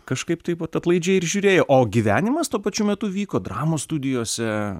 kažkaip taip vat atlaidžiai ir žiūrėjo o gyvenimas tuo pačiu metu vyko dramos studijose